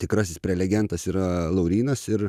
tikrasis prelegentas yra laurynas ir